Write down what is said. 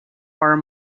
are